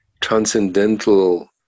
transcendental